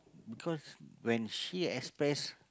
because when she express